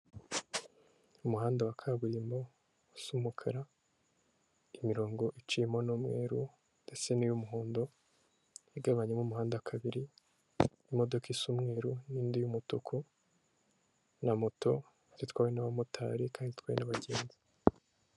Umuhanda wa kaburimbo usa umukara imirongo icimo n'umweru ndetse n'iy'umuhondo igabanyamo umuhanda kabiri, imodoka isa umweruru n'indi y'umutuku na moto zitwawe n'abamotari kandi itwaye n'abagenzi.